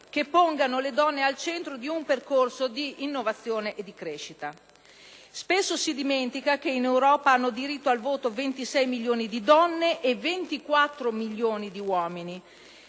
che pongano le donne al centro di un percorso di innovazione e di crescita. Spesso si dimentica che in Europa hanno diritto al voto 26 milioni di donne e 24 milioni di uomini,